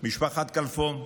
משפחת כלפון,